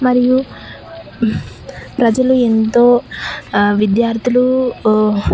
మరియు ప్రజలు ఎంతో విద్యార్థులు